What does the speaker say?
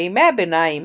בימי הביניים